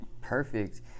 Perfect